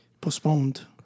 Postponed